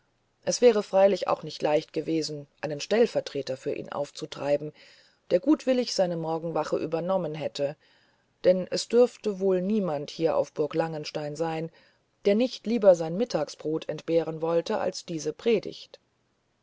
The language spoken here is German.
es wäre freilich auch nicht leicht gewesen einen stellvertreter für ihn aufzutreiben der gutwillig seine morgenwache übernommen hätte denn es dürfte wohl niemand hier auf burg langenstein geben der nicht lieber sein mittagsbrot entbehren wollte als diese predigt